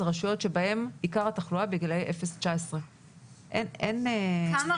אלה רשויות בהן עיקר התחלואה בגילי אפס עד 19. בכמה